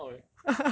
没有礼貌 eh